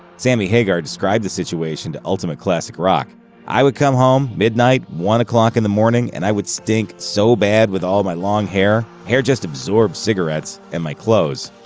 sammy hagar described the situation to ultimate classic rock i would come home, midnight, one o'clock in the morning, and i would stink so bad with all my long hair, hair just absorbs cigarettes, and my clothes.